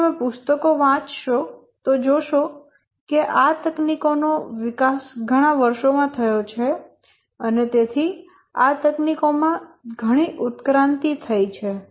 જો તમે પુસ્તકો વાંચશો તો જોશો કે આ તકનીકો નો વિકાસ ઘણાં વર્ષો માં થયો છે અને તેથી આ તકનીકો માં ઘણી ઉત્ક્રાંતિ થઈ છે